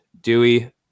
Dewey